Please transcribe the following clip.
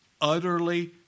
utterly